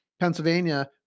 Pennsylvania